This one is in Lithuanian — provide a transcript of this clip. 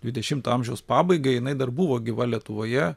dvidešimto amžiaus pabaigai jinai dar buvo gyva lietuvoje